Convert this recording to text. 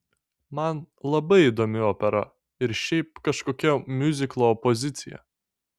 man labai įdomi opera ir šiaip kažkokia miuziklo opozicija